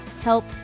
help